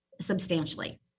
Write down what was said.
substantially